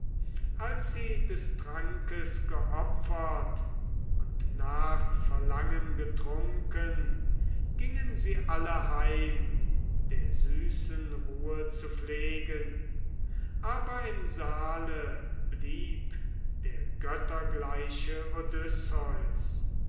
als sie des trankes geopfert und nach verlangen getrunken gingen sie alle heim der süßen ruhe zu pflegen aber im saale blieb der göttergleiche